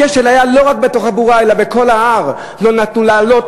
הכשל היה לא רק בתחבורה אלא בכל ההר: לא נתנו לעלות,